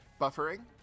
Buffering